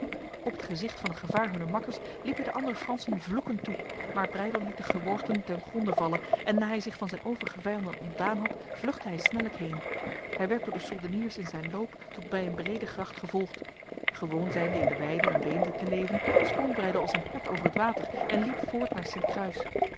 op het gezicht van het gevaar hunner makkers liepen de andere fransen vloekend toe maar breydel liet de geworgden ten gronde vallen en na hij zich van zijn overige vijanden ontdaan had vluchtte hij snellijk heen hij werd door de soldeniers in zijn loop tot bij een brede gracht gevolgd gewoon zijnde in de weiden en beemden te leven sprong breydel als een hert over het water en liep voort naar